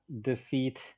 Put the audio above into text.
defeat